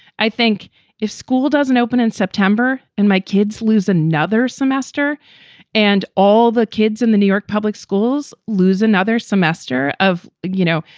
i think if school doesn't open in september and my kids lose another semester and all the kids in the new york public schools lose another semester of, you know,